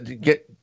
Get